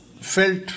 felt